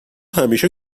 همیشه